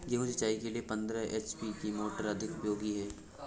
गेहूँ सिंचाई के लिए पंद्रह एच.पी की मोटर अधिक उपयोगी है?